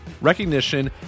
recognition